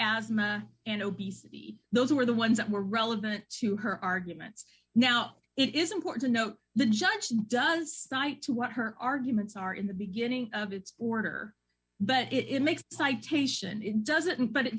asthma and obesity those were the ones that were relevant to her arguments now it is important to note the judge does cite to what her arguments are in the beginning of its border but it makes citation it doesn't but it